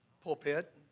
pulpit